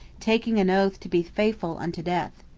taking an oath to be faithful unto death.